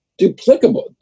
duplicable